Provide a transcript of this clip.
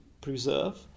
preserve